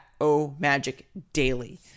omagicdaily